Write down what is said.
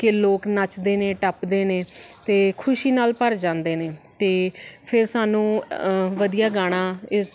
ਕਿ ਲੋਕ ਨੱਚਦੇ ਨੇ ਟੱਪਦੇ ਨੇ ਅਤੇ ਖੁਸ਼ੀ ਨਾਲ ਭਰ ਜਾਂਦੇ ਨੇ ਅਤੇ ਫਿਰ ਸਾਨੂੰ ਵਧੀਆ ਗਾਣਾ